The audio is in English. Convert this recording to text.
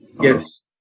Yes